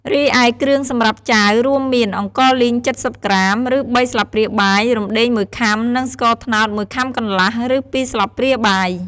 រីឯគ្រឿងសម្រាប់ចាវ រួមមាន អង្ករលីង ៧០ក្រាម ឬ ៣ស្លាបព្រាបាយ រំដេង ១ខាំ និងស្ករត្នោត ១ខាំកន្លះ ឬ ២ស្លាបព្រាបាយ។